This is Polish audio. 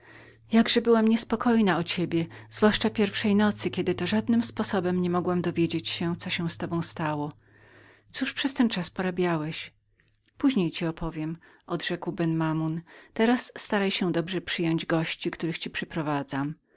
mówiąc jakże byłam niespokojną o ciebie zwłaszcza pierwszej nocy żadnym sposobem nie mogłam dowiedzieć się co się z tobą stało cóż przez ten czas porabiałeś później ci opowiem odrzekł ben mamoun teraz staraj się dobrze przyjąć gości których ci przyprowadzam